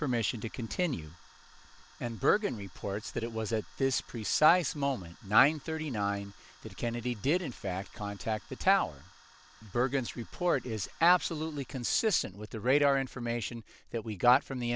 permission to continue and bergen reports that it was at this precise moment nine thirty nine that kennedy did in fact contact the tower bergen's report is absolutely consistent with the radar information that we got from the